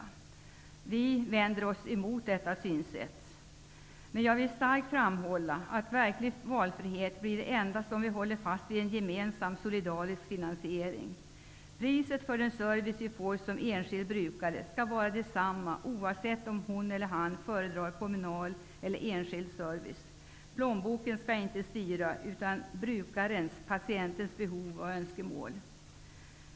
Vi i Folkpartiet liberalerna vänder oss mot detta synsätt. Jag vill starkt framhålla att verklig valfrihet kan åstadkommas endast om vi håller fast vid en gemensam och solidarisk finansiering. Priset för den service vi erhåller som enskilda brukare skall vara detsamma, oavsett om man föredrar kommunal eller enskild service. Plånboken skall inte styra, utan brukarens -- patientens -- behov och önskemål.